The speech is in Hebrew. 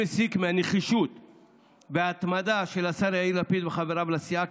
מהנחישות וההתמדה של השר יאיר לפיד וחבריו לסיעה,